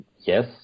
Yes